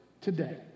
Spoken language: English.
today